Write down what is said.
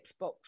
Xbox